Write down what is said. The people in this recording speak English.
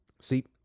See